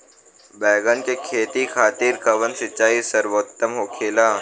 बैगन के खेती खातिर कवन सिचाई सर्वोतम होखेला?